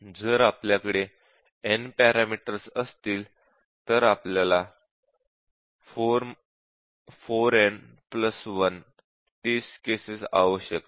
जर आपल्याकडे n parameters असतील तर आपल्याला 4n1टेस्ट केसेस आवश्यक आहेत